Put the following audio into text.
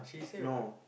no